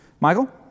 Michael